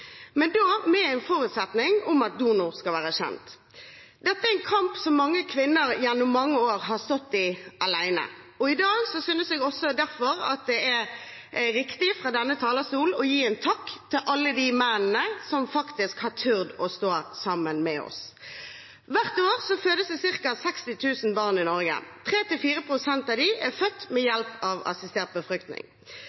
men da med en forutsetning om at donor skal være kjent. Dette er en kamp som mange kvinner gjennom mange år har stått i alene, og i dag synes jeg derfor også at det er riktig fra denne talerstol å gi en takk til alle de mennene som faktisk har tort å stå sammen med oss. Hvert år fødes det ca. 60 000 barn i Norge. 3–4 pst. av dem er født